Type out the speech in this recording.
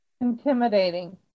intimidating